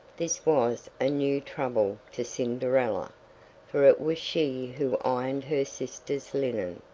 this was a new trouble to cinderella for it was she who ironed her sisters' linen,